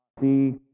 See